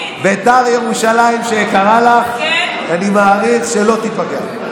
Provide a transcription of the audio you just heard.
בית"ר ירושלים, שיקרה לך, אני מעריך שלא תיפגע.